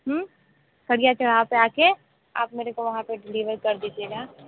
खड़िया चौराहा पे आके आप मेरे को वहाँ पर डिलीवर कर दीजिएगा